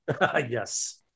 Yes